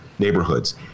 neighborhoods